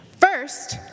First